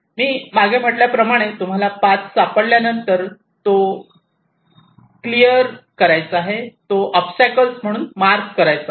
मी मागे म्हटल्याप्रमाणे तुम्हाला पाथ सापडल्यावर तो आता ओबस्टॅकल्स म्हणून मार्क करायचा आहे